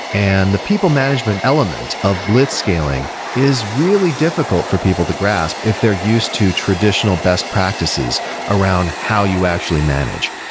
and the people management element of blitzscaling is really difficult for people to grasp if they're used to traditional best practices around how you actually manage.